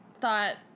thought